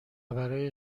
برای